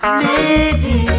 lady